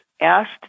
asked